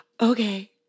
okay